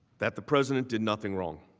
that the president did nothing wrong.